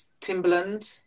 Timberland